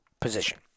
position